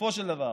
בסופו של דבר